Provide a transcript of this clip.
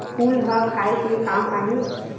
फूल ह खाये के काम आही?